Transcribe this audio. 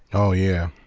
oh, yeah.